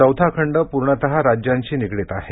चौथा खंड पूर्णतः राज्यांशी निगडीत आहे